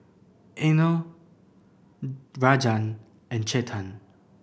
Anil Rajan and Chetan